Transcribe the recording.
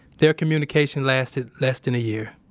their communication lasted less than a year.